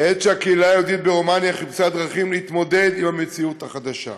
בעת שהקהילה היהודית ברומניה חיפשה דרכים להתמודד עם המציאות החדשה.